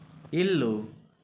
ఇల్లు